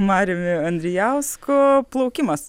mariumi andrijausku plaukimas